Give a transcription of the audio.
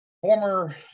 former